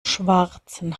schwarzen